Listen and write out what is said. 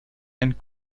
and